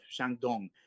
Shandong